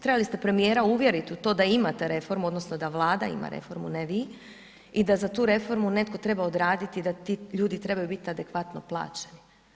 Trebali ste premijera uvjeriti u to da imate reformu, odnosno da Vlada ima reformu, ne vi i da za tu reformu netko treba odraditi, da ti ljudi trebaju biti adekvatno plaćeni.